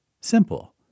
Simple